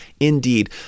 Indeed